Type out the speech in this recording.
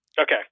Okay